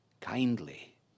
kindly